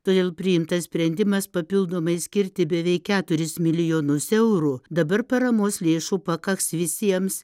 todėl priimtas sprendimas papildomai skirti beveik keturis milijonus eurų dabar paramos lėšų pakaks visiems